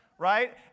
Right